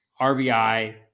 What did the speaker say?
RBI